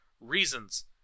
reasons